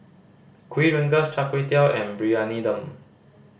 Kuih Rengas Char Kway Teow and Briyani Dum